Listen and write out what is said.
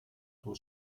tuo